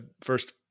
first